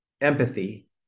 empathy